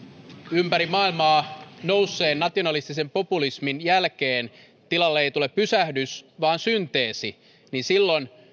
ympäri maailmaa nousseen nationalistisen populismin jälkeen tilalle ei tule pysähdys vaan synteesi niin silloin